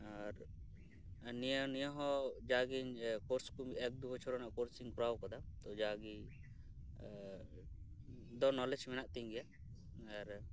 ᱟᱨ ᱱᱤᱭᱟᱹ ᱱᱤᱭᱟᱹ ᱦᱚᱸ ᱡᱟᱜᱮ ᱤᱧ ᱠᱳᱨᱥ ᱠᱚ ᱮᱠ ᱫᱩ ᱵᱚᱪᱷᱚᱨ ᱨᱮᱭᱟᱜ ᱠᱳᱨᱥ ᱠᱚᱧ ᱠᱚᱨᱟᱣ ᱟᱠᱟᱫᱟ ᱡᱟᱜᱮ ᱫᱚ ᱱᱚᱞᱮᱡᱽ ᱫᱚ ᱢᱮᱱᱟᱜ ᱧᱚ ᱜᱮᱭᱟ ᱟᱨ